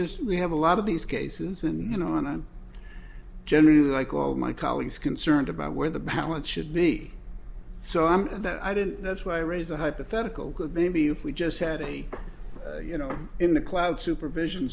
just we have a lot of these cases and you know and i'm generally like all of my colleagues concerned about where the balance should be so i'm that i did that's why i raised the hypothetical could be if we just had a you know in the cloud supervision